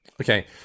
Okay